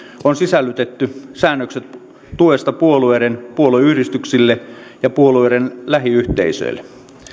on sisällytetty säännökset tuesta puolueiden puolueyhdistyksille ja puolueiden lähiyhteisöille